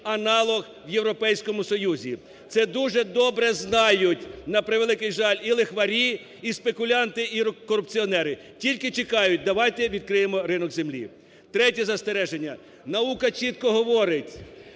аналог в Європейському Союзі. Це дуже добре знають, на превеликий жаль, і лихварі, і спекулянти, і корупціонери. Тільки чекають: давайте відкриємо ринок землі. Третє застереження. Наука чітко говорить: